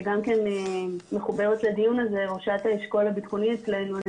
שגם מחוברת לדיון הזה ראשת האשכול הביטחוני אצלנו אני